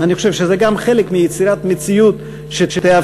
אני חושב שזה גם חלק מיצירת מציאות שתאפשר